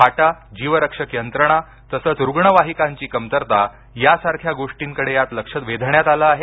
खाटा जीवरक्षक यंत्रणा तसंच रुग्णवाहिकांची कमतरता यासारख्या गोष्टींकडे यात लक्ष वेधण्यात आलं आहे